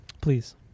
Please